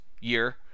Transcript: year